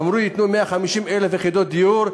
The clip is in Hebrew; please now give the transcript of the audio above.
אמרו שייתנו 150,000 יחידות דיור.